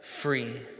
free